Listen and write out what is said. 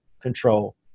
control